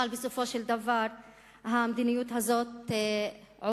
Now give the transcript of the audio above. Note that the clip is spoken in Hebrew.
אבל בסופו של דבר המדיניות הזאת עוברת.